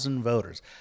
voters